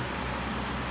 true true